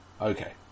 Okay